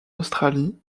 australie